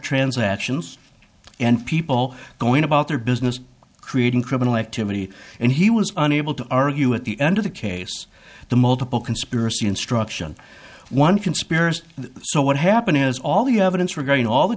transactions and people going about their business creating criminal acts and he was unable to argue at the end of the case the multiple conspiracy instruction one conspiracy so what happened as all the evidence